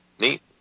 Neat